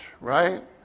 right